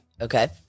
Okay